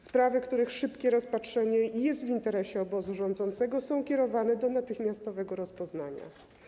Sprawy, których szybkie rozpatrzenie jest w interesie obozu rządzącego, są kierowane do natychmiastowego rozpoznania.